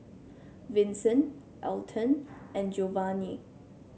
Vinson Alton and Geovanni